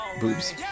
boobs